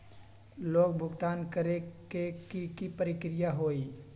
Loan भुगतान करे के की की प्रक्रिया होई?